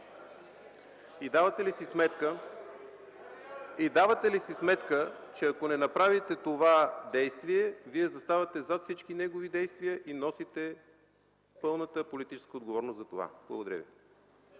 Давате ли си сметка, че ако не направите това действие, Вие заставате зад всички негови действия и носите пълната политическа отговорност за това? Благодаря ви.